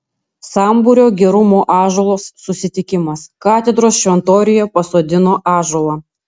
sambūrio gerumo ąžuolas susitikimas katedros šventoriuje pasodino ąžuolą